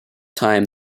time